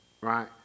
right